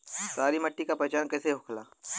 सारी मिट्टी का पहचान कैसे होखेला?